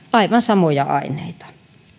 aivan samoja aineita